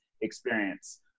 experience